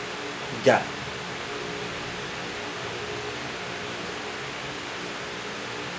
ya